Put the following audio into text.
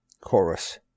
Chorus